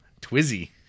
Twizzy